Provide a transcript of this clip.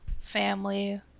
family